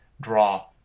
draw